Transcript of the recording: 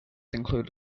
include